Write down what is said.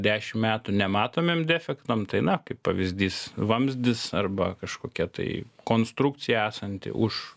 dešim metų nematomiem defektam tai na kaip pavyzdys vamzdis arba kažkokia tai konstrukcija esanti už